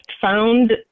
found